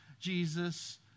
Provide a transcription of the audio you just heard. Jesus